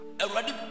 already